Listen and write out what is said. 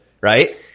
right